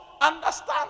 understand